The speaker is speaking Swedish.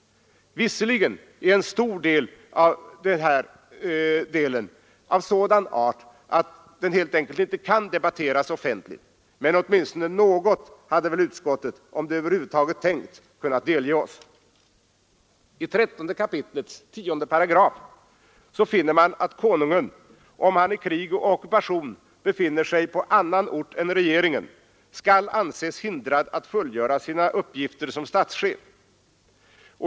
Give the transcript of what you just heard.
Visserligen är en stor del av detta avsnitt av sådan art att den helt enkelt inte kan debatteras offentligt, men åtminstone något hade väl utskottet, om det över huvud taget tänkt, kunnat delge oss. I 13 kap. 108 finner man att konungen om han i krig och under ockupation befinner sig på annan ort än regeringen, skall anses förhindrad att fullgöra sina uppgifter som statschef.